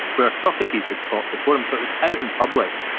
where socrates had taught before him, so it was out in public.